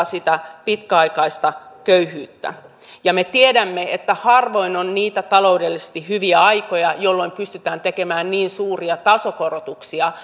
sitä pitkäaikaista köyhyyttä ja me tiedämme että harvoin on niitä taloudellisesti hyviä aikoja jolloin pystytään tekemään niin suuria tasokorotuksia